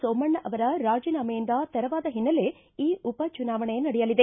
ಸೋಮಣ್ಣ ಅವರ ರಾಜೀನಾಮೆಯಿಂದ ತೆರವಾದ ಹಿನ್ನೆಲೆ ಈ ಉಪ ಚುನಾವಣೆ ನಡೆಯುತ್ತಿದೆ